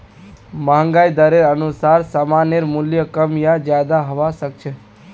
महंगाई दरेर अनुसार सामानेर मूल्य कम या ज्यादा हबा सख छ